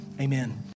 Amen